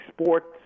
sports